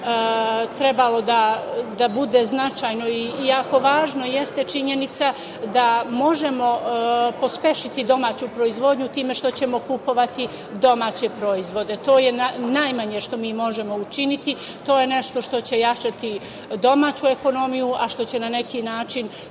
trebalo da bude značajno i jako važno jeste činjenica da možemo pospešiti domaću proizvodnju time što ćemo kupovati domaće proizvode. To je najmanje što mi možemo učiniti. To je nešto što će jačati domaću ekonomiju a što će na neki način